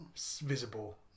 visible